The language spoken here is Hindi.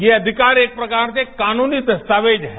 ये अधिकार एक प्रकार से कानूनी दस्तावेज है